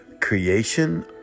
creation